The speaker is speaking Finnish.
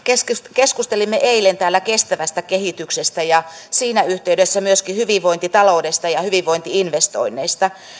keskustelimme eilen täällä kestävästä kehityksestä ja siinä yhteydessä myöskin hyvinvointitaloudesta ja hyvinvointi investoinneista